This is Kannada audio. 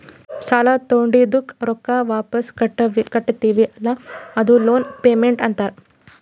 ಸಾಲಾ ತೊಂಡಿದ್ದುಕ್ ರೊಕ್ಕಾ ವಾಪಿಸ್ ಕಟ್ಟತಿವಿ ಅಲ್ಲಾ ಅದೂ ಲೋನ್ ಪೇಮೆಂಟ್ ಅಂತಾರ್